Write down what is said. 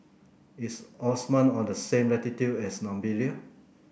is Oman on the same latitude as Namibia